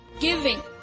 Giving